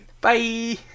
Bye